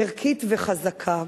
ערכית וחזקה.